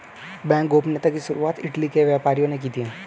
bank गोपनीयता की शुरुआत इटली के व्यापारियों ने की थी